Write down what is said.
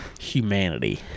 humanity